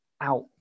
out